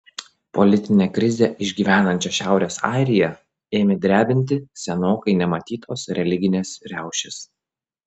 politinę krizę išgyvenančią šiaurės airiją ėmė drebinti senokai nematytos religinės riaušės